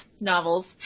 novels